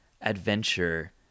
adventure